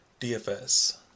DFS